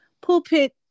pulpit